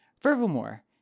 Furthermore